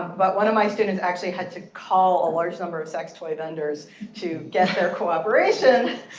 but one of my students actually had to call a large number of sex toy vendors to get their cooperation.